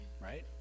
right